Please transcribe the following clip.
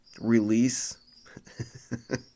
release